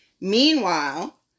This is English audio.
Meanwhile